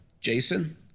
Jason